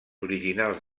originals